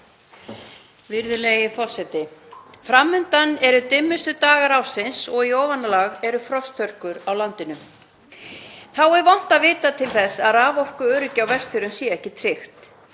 Forseti. Fram undan eru dimmustu dagar ársins og í ofanálag eru frosthörkur á landinu. Þá er vont að vita til þess að raforkuöryggi á Vestfjörðum sé ekki tryggt.